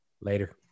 Later